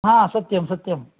हा सत्यं सत्यम्